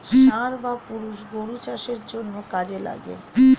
ষাঁড় বা পুরুষ গরু চাষের জন্যে কাজে লাগে